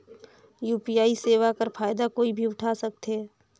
UPI सेवा कर फायदा कोई भी उठा सकथे?